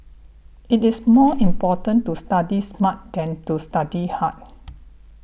it is more important to study smart than to study hard